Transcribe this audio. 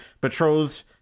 betrothed